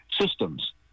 systems